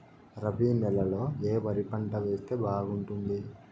రబి నెలలో ఏ వరి పంట వేస్తే బాగుంటుంది